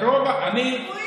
צבועים.